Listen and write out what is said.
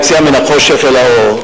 היציאה מן החושך אל האור.